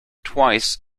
twice